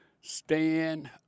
stand